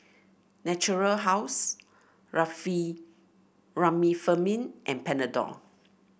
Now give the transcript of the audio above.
Natura House Remifemin and Panadol